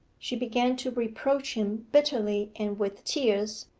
she began to reproach him bitterly, and with tears.